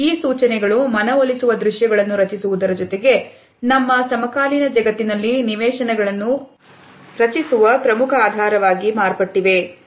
ಈ ಸೂಚನೆಗಳು ಮನವೊಲಿಸುವ ದೃಶ್ಯಗಳನ್ನು ರಚಿಸುವುದರ ಜೊತೆಗೆ ನಮ್ಮ ಸಮಕಾಲೀನ ಜಗತ್ತಿನಲ್ಲಿ ನಿವೇಶನಗಳನ್ನು ರಚಿಸುವ ಪ್ರಮುಖ ಆಧಾರವಾಗಿ ಮಾರ್ಪಟ್ಟಿವೆ